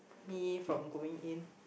me from going in